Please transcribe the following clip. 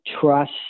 trust